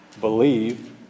believe